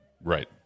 right